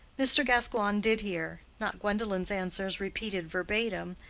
mr. gascoigne did hear not gwendolen's answers repeated verbatim,